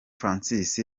francis